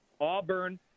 Auburn